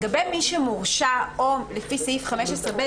לגבי מי שמורשע או לפי סעיף 15(ב),